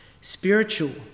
spiritual